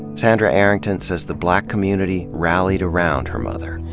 sandra arrington says the black community rallied around her mother.